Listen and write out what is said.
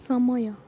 ସମୟ